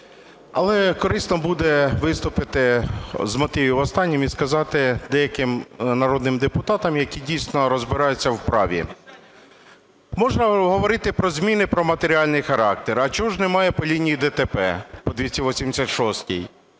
Але корисно буде виступити з мотивів останнім і сказати деяким народним депутатам, які дійсно розбираються в праві. Можна говорити про зміни і про матеріальний характер. А чого ж немає по лінії ДТП, по 286-й?